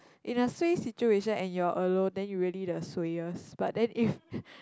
in a suay situation and you're alone then you really the suayest but then if